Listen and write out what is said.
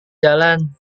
jalan